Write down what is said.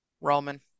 Roman